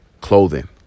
clothing